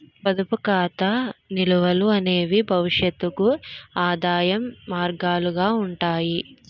పొదుపు ఖాతా నిల్వలు అనేవి భవిష్యత్తుకు ఆదాయ మార్గాలుగా ఉంటాయి